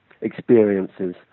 experiences